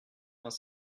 vingt